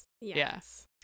Yes